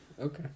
Okay